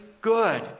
good